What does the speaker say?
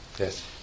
Yes